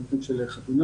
במקרים של חתונה,